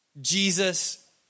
Jesus